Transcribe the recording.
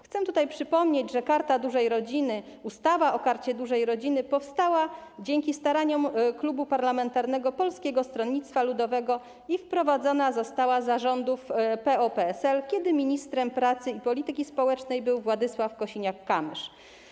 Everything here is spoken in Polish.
Chcę przypomnieć, że Karta Dużej Rodziny, ustawa o Karcie Dużej Rodziny powstała dzięki staraniom Klubu Parlamentarnego Polskiego Stronnictwa Ludowego i wprowadzona została za rządów PO-PSL, kiedy ministrem pracy i polityki społecznej był Władysław Kosiniak-Kamysz.